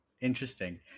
Interesting